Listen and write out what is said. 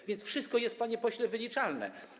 A więc wszystko jest, panie pośle, wyliczalne.